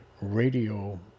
radio